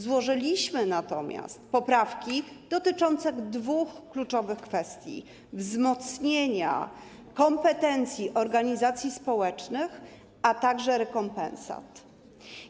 Złożyliśmy natomiast poprawki dotyczące dwóch kluczowych kwestii: wzmocnienia kompetencji organizacji społecznych, a także rekompensat.